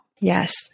Yes